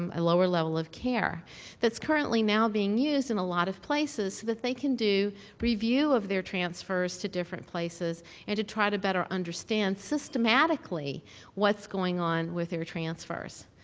um lower level of care that's currently now being used in a lot of places so that they can do review of their transfers to different places and to try to better understand systematically what's going on with their transfers.